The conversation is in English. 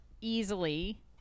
easily